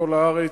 מכל הארץ.